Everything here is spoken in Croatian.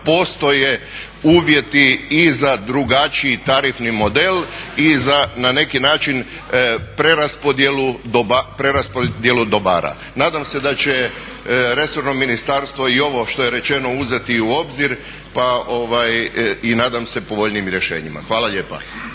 postoje uvjeti i za drugačiji tarifni model i za na neki način preraspodjelu dobara. Nadam se da će resorno ministarstvo i ovo što je rečeno uzeti u obziri pa i nadam se povoljnijim rješenjima. Hvala lijepa.